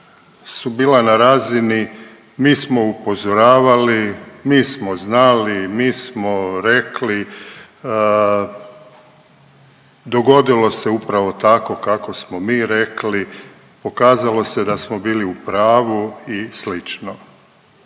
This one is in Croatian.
su bila na razini mi smo upozoravali, mi smo znali, mi smo rekli, dogodilo se upravo tako kako smo mi rekli, pokazalo se da smo bili u pravu i slično.